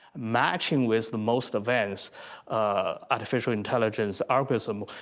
matching with the most advanced artificial intelligence algorithm,